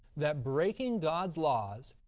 that breaking god's laws,